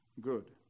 good